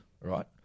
right